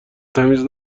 تمیز